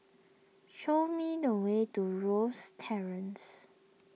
show me the way to Rosyth Terrace